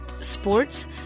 Sports